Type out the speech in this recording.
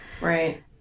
Right